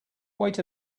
wait